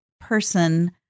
person